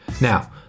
Now